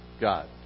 God